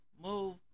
move